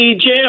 Jim